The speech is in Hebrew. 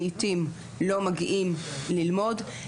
לעיתים לא מגיעים ללמוד.